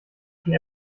schon